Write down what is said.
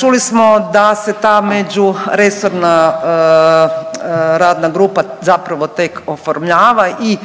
Čuli smo da se ta međuresorna radna grupa zapravo tek oformljava i